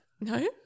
No